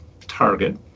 target